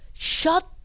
Shut